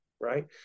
right